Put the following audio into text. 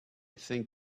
think